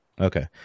Okay